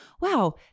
wow